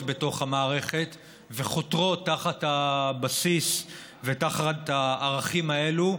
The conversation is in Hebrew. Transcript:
בתוך המערכת וחותרות תחת הבסיס ותחת הערכים האלה,